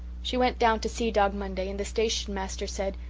she went down to see dog monday and the station-master said,